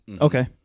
okay